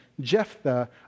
Jephthah